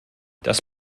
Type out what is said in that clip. das